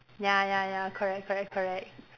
ya ya ya correct correct correct